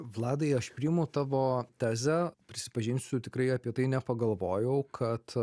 vladai aš priimu tavo tezę prisipažinsiu tikrai apie tai nepagalvojau kad